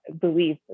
believe